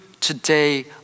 today